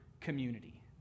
community